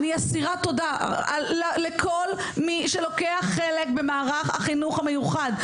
אני אסירת תודה לכל מי שלוקח חלק במערך החינוך המיוחד.